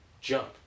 Jump